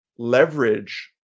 leverage